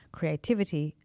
creativity